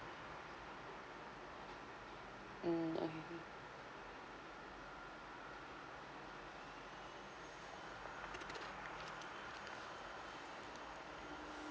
mm okay